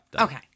Okay